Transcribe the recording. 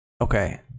Okay